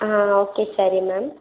ಹಾಂ ಓಕೆ ಸರಿ ಮ್ಯಾಮ್